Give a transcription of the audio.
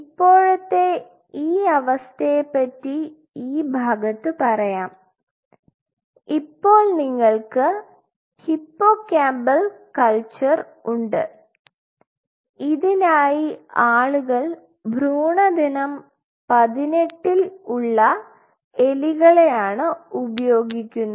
ഇപ്പോഴത്തെ ഈ അവസ്ഥയെ പറ്റി ഈ ഭാഗത്ത് പറയാം ഇപ്പോൾ നിങ്ങൾക്ക് ഹിപ്പോകാമ്പൽസ് കൾച്ചർ ഉണ്ട് ഇതിനായി ആളുകൾ ഭ്രൂണ ദിനം പതിനെട്ടിൽ ഉള്ള എലികളെ ആണ് ഉപയോഗിക്കുന്നത്